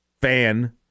fan